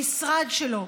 במשרד שלו,